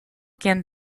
quien